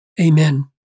Amen